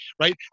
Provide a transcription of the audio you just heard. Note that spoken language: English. right